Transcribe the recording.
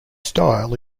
style